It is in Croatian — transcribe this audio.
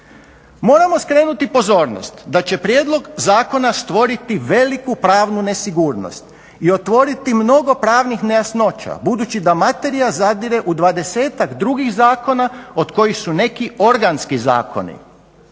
Moramo skrenuti pozornost da će prijedlog zakona stvoriti veliku pravnu nesigurnost i otvoriti mnogo pravnih nejasnoća budući da materija zadire u dvadesetak drugih zakona od kojih su neki organski zakoni.